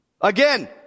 Again